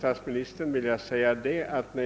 Herr talman!